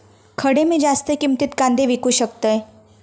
खडे मी जास्त किमतीत कांदे विकू शकतय?